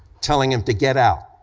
telling him to get out,